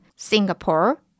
Singapore